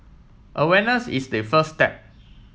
awareness is the first step